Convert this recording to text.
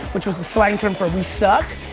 which was the slang term for we suck.